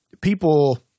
people –